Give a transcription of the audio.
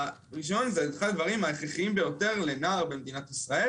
הרישיון זה אחד הדברים ההכרחיים ביותר לנער במדינת ישראל